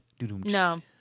No